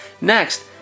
Next